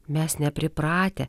mes nepripratę